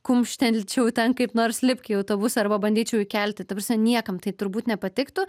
kumštelčiau ten kaip nors lipk į autobusą arba bandyčiau įkelti ta prasme niekam tai turbūt nepatiktų